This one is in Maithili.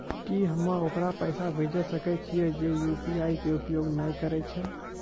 की हम्मय ओकरा पैसा भेजै सकय छियै जे यु.पी.आई के उपयोग नए करे छै?